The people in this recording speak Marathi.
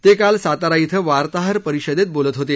ते काल सातारा इथं वार्ताहर परिषदेत बोलत होते